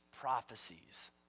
prophecies